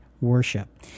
worship